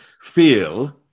feel